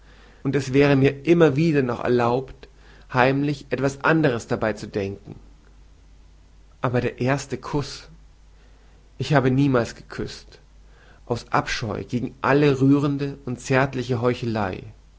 und es wäre mir immer noch erlaubt heimlich etwas anderes dabei zu denken aber der erste kuß ich habe niemals geküßt aus abscheu gegen alle rührende und zärtliche heuchelei